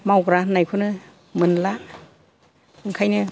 मावग्रा होननायखौ मोनला ओंखायनो